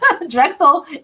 Drexel